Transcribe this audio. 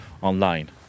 online